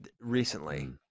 recently